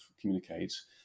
communicates